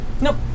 Nope